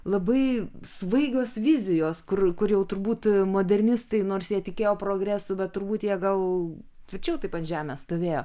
labai svaigios vizijos kur kur jau turbūt modernistai nors jie tikėjo progresu bet turbūt jie gal tvirčiau taip ant žemės stovėjo